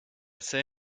say